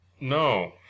No